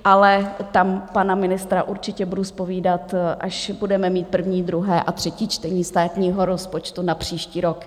Ale tam pana ministra určitě budu zpovídat, až budeme mít první, druhé a třetí čtení státního rozpočtu na příští rok.